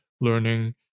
learning